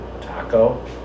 taco